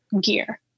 gear